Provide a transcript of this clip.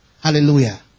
Hallelujah